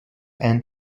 and